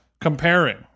comparing